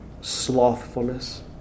slothfulness